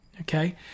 okay